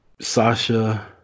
Sasha